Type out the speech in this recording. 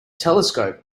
telescope